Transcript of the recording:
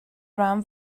rhan